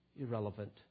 irrelevant